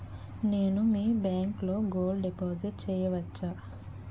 నేను మీ బ్యాంకులో గోల్డ్ డిపాజిట్ చేయవచ్చా?